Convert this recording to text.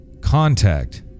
contact